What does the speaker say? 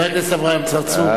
חבר הכנסת אברהים צרצור,